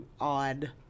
odd